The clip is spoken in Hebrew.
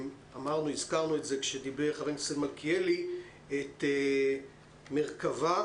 כשדיבר חבר הכנסת מלכיאלי הזכרנו את מרכבה.